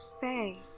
Faye